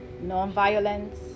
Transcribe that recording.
non-violence